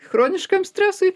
chroniškam stresui